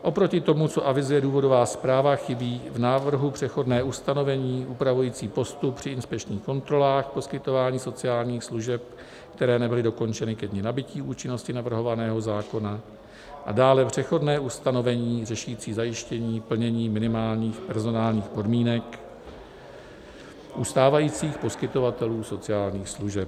Oproti tomu, co avizuje důvodová zpráva, chybí v návrhu přechodné ustanovení upravující postup při inspekčních kontrolách poskytování sociálních služeb, které nebyly dokončeny ke dni nabytí účinnosti navrhovaného zákona, a dále přechodné ustanovení řešící zajištění plnění minimálních personálních podmínek u stávajících poskytovatelů sociálních služeb.